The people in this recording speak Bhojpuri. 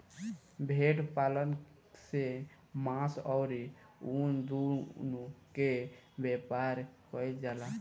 भेड़ पालन से मांस अउरी ऊन दूनो के व्यापार कईल जाला